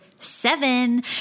Seven